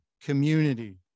community